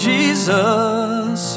Jesus